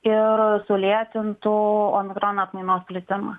ir sulėtintų omikrono atmainos plitimą